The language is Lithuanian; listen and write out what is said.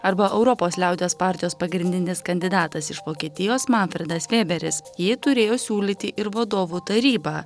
arba europos liaudies partijos pagrindinis kandidatas iš vokietijos manfredas vėberis jį turėjo siūlyti ir vadovų taryba